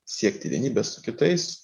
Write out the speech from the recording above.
siekti vienybės su kitais